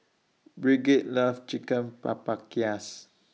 Brigid loves Chicken